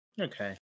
Okay